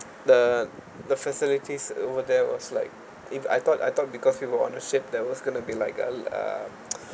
the the facilities over there was like if I thought I thought because we were on the ship there was going to be like uh